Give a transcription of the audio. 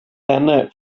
henne